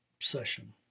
session